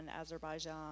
Azerbaijan